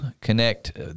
connect